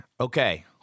okay